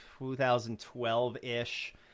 2012-ish